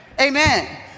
amen